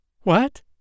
What